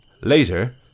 Later